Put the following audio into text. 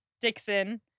Dixon